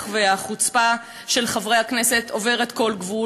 והחוצפה של חברי הכנסת עוברות כל גבול.